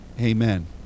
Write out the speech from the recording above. Amen